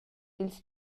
dils